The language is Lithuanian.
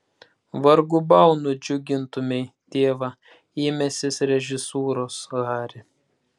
vargu bau nudžiugintumei tėvą ėmęsis režisūros hari